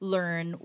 Learn